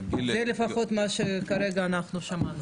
זה לפחות מה שכרגע שמענו.